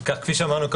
לסעיפים 1